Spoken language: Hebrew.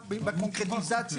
בקרב הבדואים,